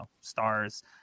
stars